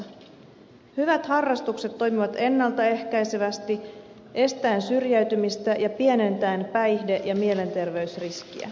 hyvät harrastukset toimivat ennalta ehkäisevästi estäen syrjäytymistä ja pienentäen päihde ja mielenterveysriskiä